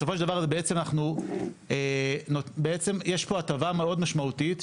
בסופו של דבר יש פה הטבה מאוד משמעותית,